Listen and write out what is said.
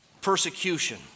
persecution